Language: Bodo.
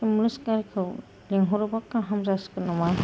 एम्बुलेन्स गारिखौ लेंहरबा गाहाम जासिगोन नामा